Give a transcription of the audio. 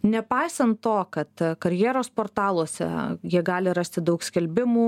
nepaisant to kad karjeros portaluose jie gali rasti daug skelbimų